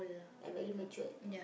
ya very matured